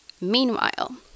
Meanwhile